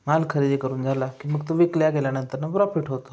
माल खरेदी करून झाला की मग तो विकला गेल्यानंतरनं प्रॉफिट होतो